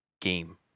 game